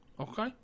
okay